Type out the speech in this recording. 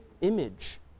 image